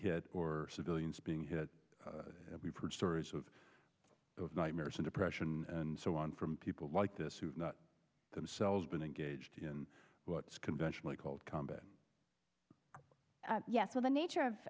hit or civilians being hit we've heard stories of nightmares and depression and so on from people like this who themselves been engaged in what's conventionally called combat yes so the nature of